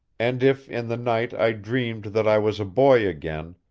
and if in the night i dreamed that i was a boy again,